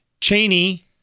Cheney